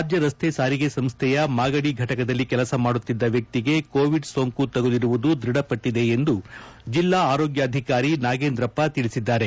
ರಾಜ್ಯ ರಸ್ತೆ ಸಾರಿಗೆ ಸಂಸ್ಥೆಯ ಮಾಗದಿ ಘಟಕದಲ್ಲಿ ಕೆಲಸ ಮಾಡುತ್ತಿದ್ದ ವ್ಯಕ್ತಿಗೆ ಕೋವಿಡ್ ಸೋಂಕು ತಗುಲಿರುವುದು ದೃಢಪಟ್ಟಿದೆ ಎಂದು ಜಿಲ್ಲಾ ಆರೋಗ್ಯಾಧಿಕಾರಿ ನಾಗೇಂದ್ರಪ್ಪ ತಿಳಿಸಿದ್ದಾರೆ